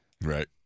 right